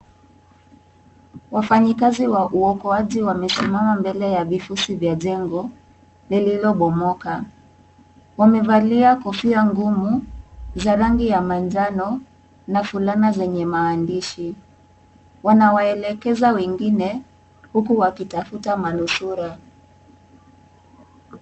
Wafanyakazi wa uokoaji wamesimama mbele ya vifusi vya jengo lililobomoka. Wamevalia kofia ngumu za rangi ya manjano na fulana zenye maandishi. Wanawaelekeza wengine huku wakitafuta manusura.